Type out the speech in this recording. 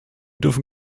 dürfen